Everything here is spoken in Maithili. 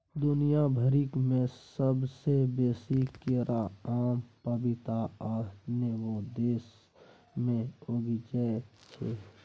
दुनिया भइर में सबसे बेसी केरा, आम, पपीता आ नेमो अपने देश में उपजै छै